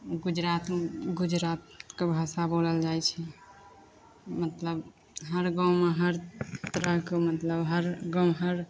गुजरातमे गुजरातके भाषा बोलल जाइत छै मतलब हर गाँवमे हर तरहके मतलब हर गाँव हर